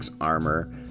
armor